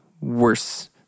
worse